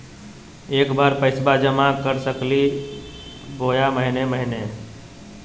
एके बार पैस्बा जमा कर सकली बोया महीने महीने?